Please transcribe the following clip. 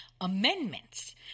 amendments